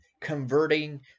converting